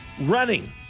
running